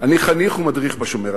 אני חניך ומדריך ב"שומר הצעיר".